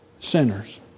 sinners